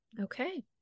okay